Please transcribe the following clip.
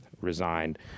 resigned